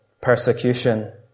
persecution